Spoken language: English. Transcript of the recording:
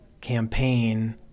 campaign